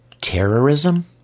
terrorism